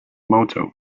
motto